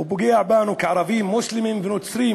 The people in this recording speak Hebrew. ופוגע בנו כערבים, מוסלמים ונוצרים,